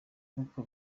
nk’uko